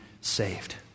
saved